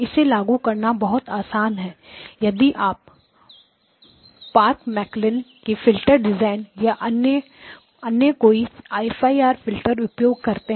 इसे लागू करना बहुत आसान है यदि आप पार्क्स मैकऐलन की फिल्टर डिजाइन या कोई अन्य fir फिल्टर उपयोग करते हैं